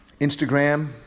Instagram